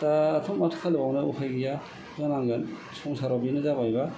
दाथ' माथो खालामबावनो उफाय गैया होनांगोन संसाराव बेनो जाबायबा